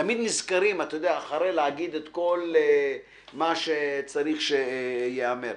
תמיד נזכרים אחרי להגיד את כל מה שצריך שייאמר.